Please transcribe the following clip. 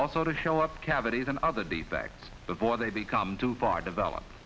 also to show up cavities and other defects before become too far develop